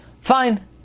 Fine